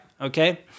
Okay